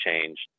changed